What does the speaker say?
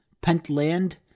Pentland